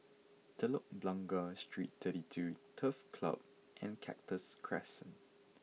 Telok Blangah Street twenty two Turf Club and Cactus Crescent